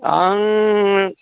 आं